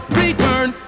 return